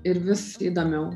ir vis įdomiau